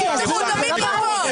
תפתחו את המיקרופון.